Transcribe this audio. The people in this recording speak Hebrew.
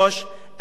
אני חושב,